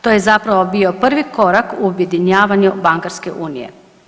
To je zapravo bio prvi korak u objedinjavanju bankarske unije.